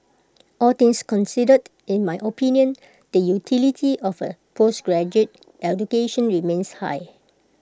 all things considered in my opinion the utility of A postgraduate education remains high